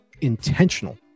intentional